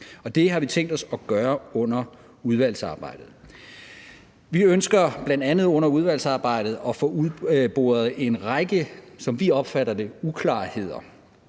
det har vi tænkt os at gøre under udvalgsarbejdet. Vi ønsker bl.a. under udvalgsarbejdet at få udboret en række, som vi opfatter det, uklarheder,